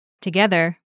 Together